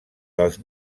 dels